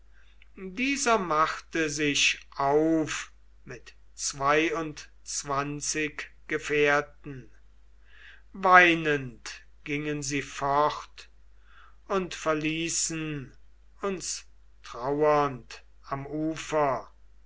dieser machte sich auf mit zweiundzwanzig gefährten weinend gingen sie fort und verließen uns trauernd am ufer